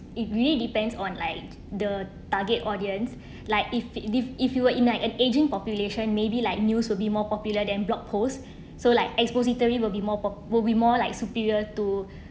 it really depends on like the target audience like if if if you were in an ageing population maybe like news will be more popular than blog posts so like expository will be more pop~ will be more like superior to